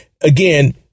Again